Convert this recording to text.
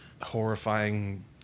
horrifying